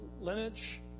lineage